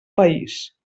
país